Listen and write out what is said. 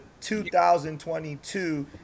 2022